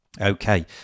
Okay